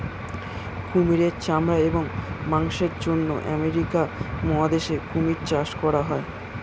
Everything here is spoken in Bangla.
কুমিরের চামড়া এবং মাংসের জন্য আমেরিকা মহাদেশে কুমির চাষ করা হয়